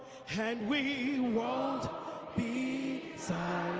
and we won't be so